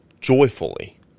joyfully